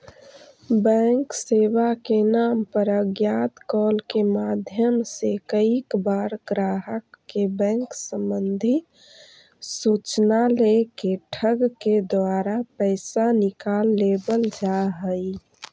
bank सेवा के नाम पर अज्ञात कॉल के माध्यम से कईक बार ग्राहक के बैंक संबंधी सूचना लेके ठग के द्वारा पैसा निकाल लेवल जा हइ